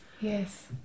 Yes